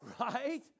Right